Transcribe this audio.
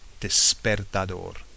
despertador